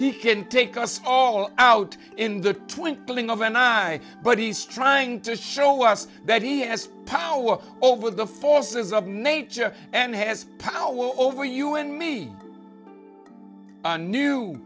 can take us all out in the twinkling of an eye but he's trying to show us that he has power over the forces of nature and has power over you and me a new